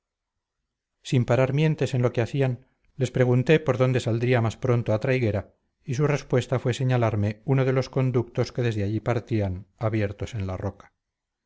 sin parar mientes en lo que hacían les pregunté por dónde saldría más pronto a traiguera y su respuesta fue señalarme uno de los conductos que desde allí partían abiertos en la roca